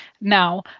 now